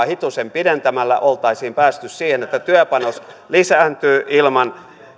hitusen pidentämällä oltaisiin päästy siihen että työpanos lisääntyy ilman